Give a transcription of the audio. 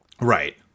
Right